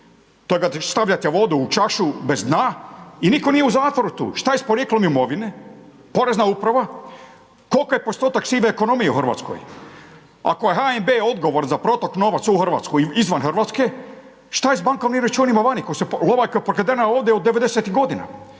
to kad stavljate vodu u čašu bez dna i nitko nije u zatvoru tu, šta je sa porijeklom imovine, Porezna uprava, koliki je postotak sive ekonomije u Hrvatskoj? Ako je HNB odgovor za protok novca u Hrvatskoj i izvan Hrvatske, šta je sa bankovnim računima vani, lova je pokradena ovdje od 90-tih godina.